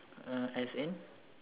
uh as in